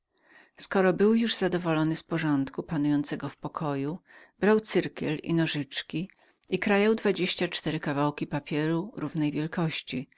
skoro mój ojciec był zadowolony z uporządkowania swego pokoju brał cyrkiel i nożyczki i krajał dwadzieścia cztery kawałki papieru równej wielkości